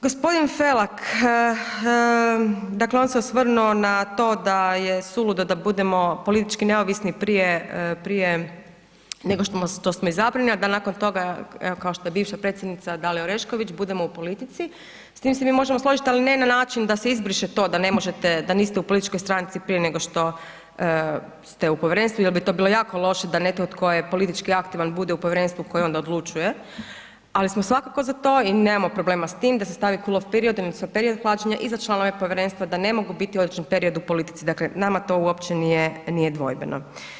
Gospodin Felak, dakle on se osvrnuo na to da je suludo da budemo politički neovisni prije, prije nego što smo izabrani, a da nakon toga kao što je bivša predsjednica Dalija Orešković budemo u politici, s tim se mi možemo složiti ali ne na način da se izbriše to da ne možete, da niste u političkoj stranci prije nego što ste u povjerenstvu jer bi to bilo jako loše, da netko tko je politički aktivan bude u povjerenstvu koje onda odlučuje, ali smo svakako za to i nemamo problema s tim da se stavi …/nerazumljivo/… odnosno period plaćanja i za članove da ne mogu biti u određen period u politici, dakle nama to uopće nije, nije dvojbeno.